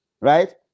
right